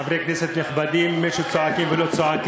בבקשה, חבר הכנסת עבדאללה אבו מערוף.